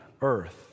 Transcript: earth